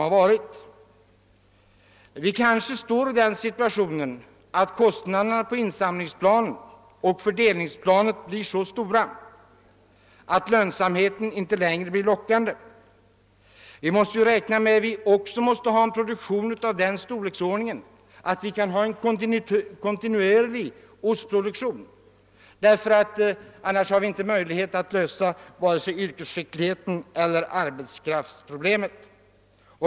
Vi kanske befinner oss i den situationen att kostnaderna på insamlingsoch fördelningsplanet blir så stora att lönsamheten för producenten inte blir tillräcklig. Vi måste också räkna med att ha en produktion av den storleksordningen att vi kan upprätthålla en kontinuerlig ostproduktion, ty an. nars kan vi inte åstadkomma erforderlig yrkesskicklighet och lösa arbetskraftsproblemet.